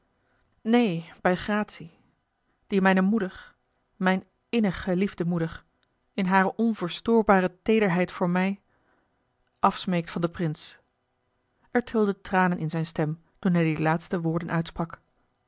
neen bij gratie die mijne moeder mijne innig geliefde moeder in hare onverstoorbare teederheid voor mij afsmeekte van den prins er trilden tranen in zijne stem toen hij die laatste woorden uitsprak